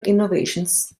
innovations